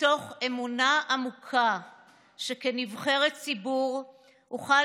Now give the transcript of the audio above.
מתוך אמונה עמוקה שכנבחרת ציבור אוכל